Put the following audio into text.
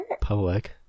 public